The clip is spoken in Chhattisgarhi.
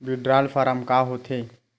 विड्राल फारम का होथेय